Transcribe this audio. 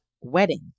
wedding